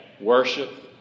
worship